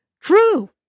True